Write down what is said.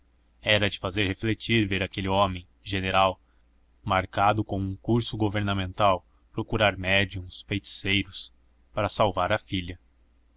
era de fazer refletir ver aquele homem general marcado com um curso governamental procurar médiuns e feiticeiros para sarar a filha